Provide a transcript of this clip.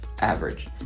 average